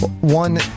one